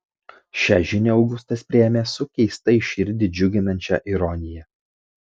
šią žinią augustas priėmė su keistai širdį džiuginančia ironija